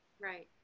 Right